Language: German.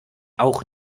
auch